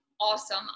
Awesome